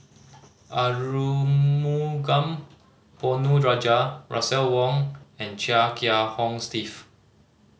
Arumugam Ponnu Rajah Russel Wong and Chia Kiah Hong Steve